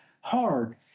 hard